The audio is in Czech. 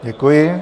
Děkuji.